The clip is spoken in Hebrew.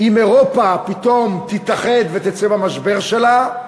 אם אירופה פתאום תתאחד ותצא מהמשבר שלה,